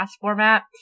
format